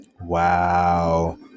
Wow